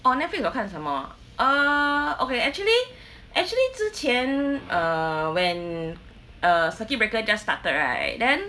orh Netflix 我看什么 ah err okay actually actually 之前 err when err circuit breaker just started right then